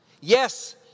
Yes